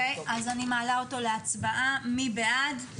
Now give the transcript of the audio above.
אז אני מעלה אותו להצבעה, מי בעד?